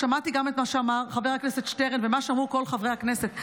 שמעתי גם את מה שאמר חבר הכנסת שטרן ומה שאמרו כל חברי הכנסת.